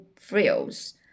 frills